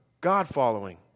God-following